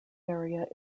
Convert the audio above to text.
area